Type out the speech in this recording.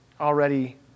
already